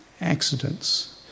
accidents